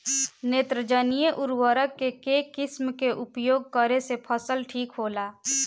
नेत्रजनीय उर्वरक के केय किस्त मे उपयोग करे से फसल ठीक होला?